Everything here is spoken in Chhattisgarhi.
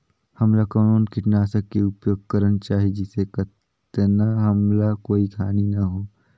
हमला कौन किटनाशक के उपयोग करन चाही जिसे कतना हमला कोई हानि न हो?